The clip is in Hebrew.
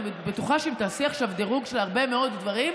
אני בטוחה שאם תעשי עכשיו דירוג של הרבה מאוד דברים,